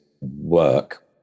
work